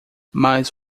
mas